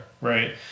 Right